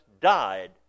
died